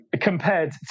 compared